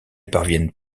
parviennent